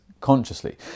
consciously